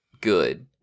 good